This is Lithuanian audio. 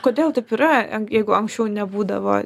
kodėl taip yra jeigu anksčiau nebūdavo